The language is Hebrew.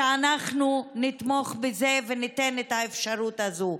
שאנחנו נתמוך בזה וניתן את האפשרות הזאת.